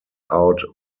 out